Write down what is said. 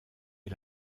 est